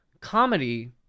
comedy